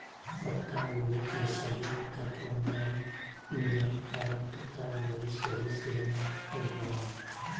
पत्तागोभी के सही तत्व नै मिलय पर पत्तागोभी सही से नय उगो हय